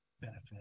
benefit